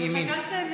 אני מחכה שהם